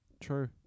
True